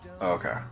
Okay